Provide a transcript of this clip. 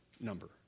number